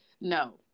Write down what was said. No